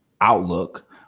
Outlook